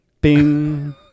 Bing